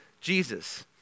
Jesus